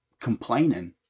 complaining